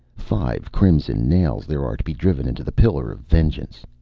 five crimson nails there are to be driven into the pillar of vengeance!